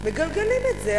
מגלגלים את זה.